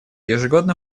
ежегодно